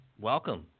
welcome